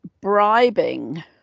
bribing